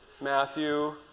Matthew